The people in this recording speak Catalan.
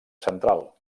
central